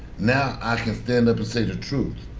now i can stand up to say the truth.